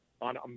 on